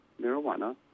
marijuana